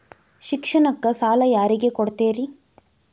ಶಿಕ್ಷಣಕ್ಕ ಸಾಲ ಯಾರಿಗೆ ಕೊಡ್ತೇರಿ?